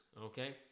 Okay